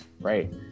right